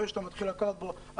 ברגע שאתה מתחיל לקחת הלוואה,